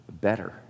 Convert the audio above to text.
Better